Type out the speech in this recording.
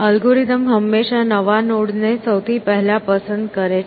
algorithm હંમેશા નવા node ને સૌથી પહેલા પસંદ કરે છે